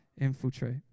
infiltrate